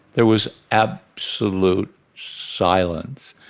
there was absolute silence.